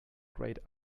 grayed